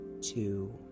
two